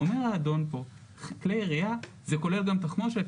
אומר האדון פה שכלי ירייה זה כולל גם תחמושת,